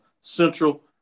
Central